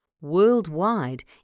worldwide